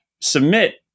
submit